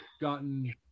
gotten